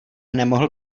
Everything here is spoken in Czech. nemohl